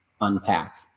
unpack